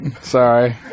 Sorry